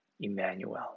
Emmanuel